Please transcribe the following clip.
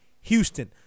Houston